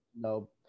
No